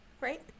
Right